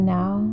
now